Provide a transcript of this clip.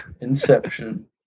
Inception